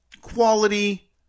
quality